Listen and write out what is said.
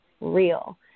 real